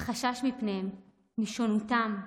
החשש מפניהם, משונותם.